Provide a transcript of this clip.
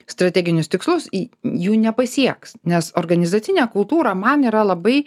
strateginius tikslus į jų nepasieks nes organizacinė kultūra man yra labai